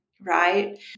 right